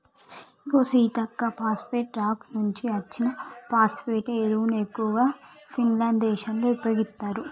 ఇగో Seethakka phosphate rock నుంచి అచ్చిన phosphate ఎరువును ఎక్కువగా ఫిన్లాండ్ దేశంలో ఉపయోగిత్తారు